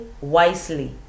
wisely